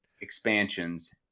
expansions